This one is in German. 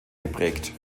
geprägt